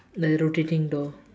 like a rotating door